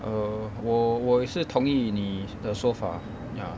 err 我我也是同意你的说法 ya